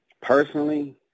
personally